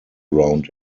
round